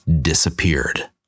disappeared